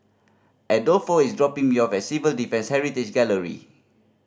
Adolfo is dropping me off at Civil Defence Heritage Gallery